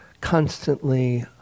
constantly